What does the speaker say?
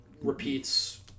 repeats